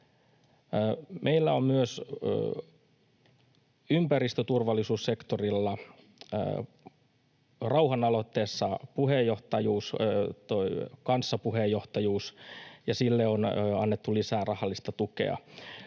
Meillä on myös ympäristöturvallisuussektorilla rauhanaloitteessa kanssapuheenjohtajuus, ja sille on annettu lisää rahallista tukea.